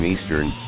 Eastern